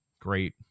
Great